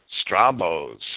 Strabo's